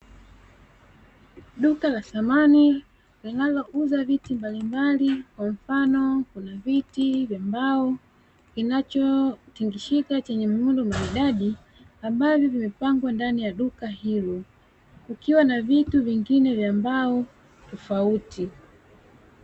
Duka la samani linalouza viti mbalimbali kwa mfano kuna vitu vya mbao kinachotingishika chenye muundo maridadi, ambavyo vimepangwa ndani ya duka hilo. Kukiwa na vitu vingine vya mbao tofauti.